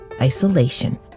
isolation